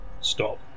Stop